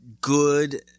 good